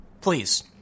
Please